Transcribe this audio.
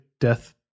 Death